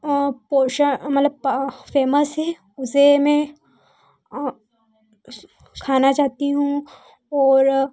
पोषण मतलब पा फ़ेमस है उसे मैं वह खाना चाहती हूँ और